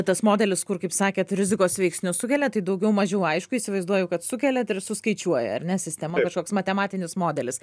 tas modelis kur kaip sakėt rizikos veiksnius sukeliat tai daugiau mažiau aišku įsivaizduoju kad sukeliat ir suskaičiuoja ar ne sistema kažkoks matematinis modelis